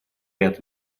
ряд